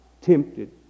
tempted